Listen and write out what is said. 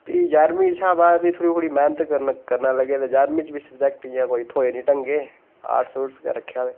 ते प्ही जारमीं दे बाद थोह्ड़ी मेह्नत करना लग्गी पे ते सब्जेक्ट इं'या थ्होए निं ढंगै दे आर्टस गै रक्खेआ ते